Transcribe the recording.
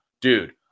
dude